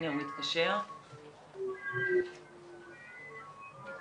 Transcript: יש עוד